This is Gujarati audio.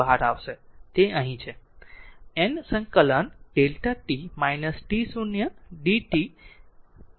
n સંકલન to Δ t t0 d tમને થોડુંક ઉપર જવા દો